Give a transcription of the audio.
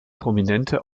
prominente